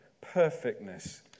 perfectness